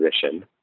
position